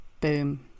Boom